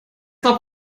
noch